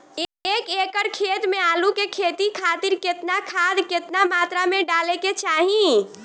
एक एकड़ खेत मे आलू के खेती खातिर केतना खाद केतना मात्रा मे डाले के चाही?